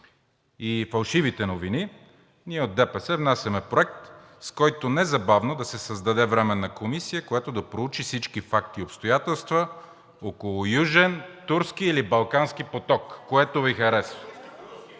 и фалшивите новини, ние от ДПС внасяме проект, с който незабавно да се създаде временна комисия, която да проучи всички факти и обстоятелства около Южен, Турски или Балкански поток – което Ви харесва.